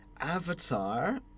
Avatar